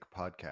Podcast